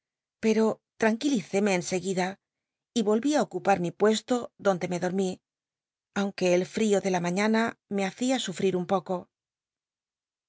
pero lranquilicéme en seguida y voll'i ocupar mi puesto donde me clorrili aunque el fi'ío de la maiiana me hacia sufrir un poco